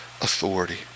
authority